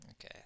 okay